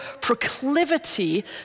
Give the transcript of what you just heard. proclivity